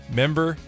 member